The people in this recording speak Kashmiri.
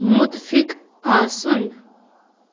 مُتفِِق آسُن